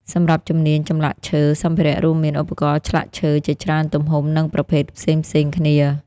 សម្រាប់ជំនាញ ចម្លាក់ឈើ សម្ភារៈរួមមានឧបករណ៍ឆ្លាក់ឈើជាច្រើនទំហំនិងប្រភេទផ្សេងៗគ្នា។